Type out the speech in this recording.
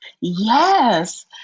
Yes